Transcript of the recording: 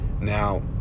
now